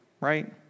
Right